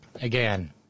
again